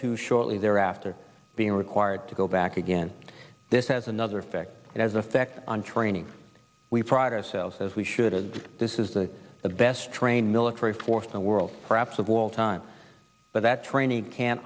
too shortly there after being required to go back again this has another effect it has effect on training we pride ourselves as we should this is the best trained military force in the world perhaps of all time but that training can